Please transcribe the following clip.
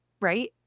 right